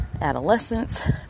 adolescents